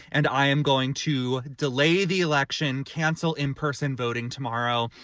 and i am going to delay the election, cancel in-person voting tomorrow,